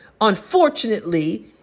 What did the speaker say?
unfortunately